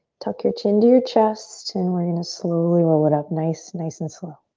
tuck your chin to your chest and we're gonna slowly roll it up nice nice and slow.